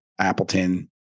Appleton